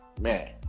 Man